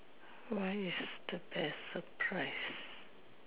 what is the best surprise